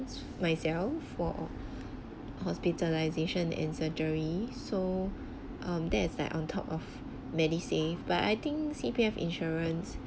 myself for hospitalisation and surgery so um that is like on top of MediSave but I think C_P_F insurance